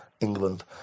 England